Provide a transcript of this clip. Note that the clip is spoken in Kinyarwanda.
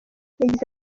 yagize